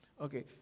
Okay